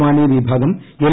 മാണി വിഭാഗം എൽ